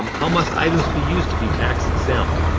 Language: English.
um how must items be used to be tax exempt?